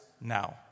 now